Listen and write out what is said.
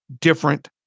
different